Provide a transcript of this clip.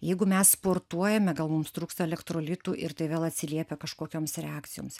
jeigu mes sportuojame gal mums trūksta elektrolitų ir tai vėl atsiliepia kažkokioms reakcijoms